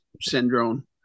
syndrome